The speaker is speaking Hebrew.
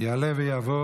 יעלה ויבוא